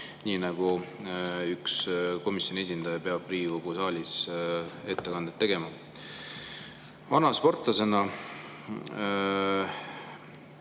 nii, nagu üks komisjoni esindaja peab Riigikogu saalis ettekandeid tegema. Vana sportlasena